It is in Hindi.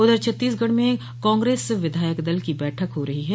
उधर छत्तीसगढ़ में कांग्रेस विधायक दल की बैठक हो रही है